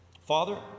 father